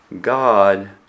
God